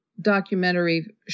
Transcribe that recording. documentary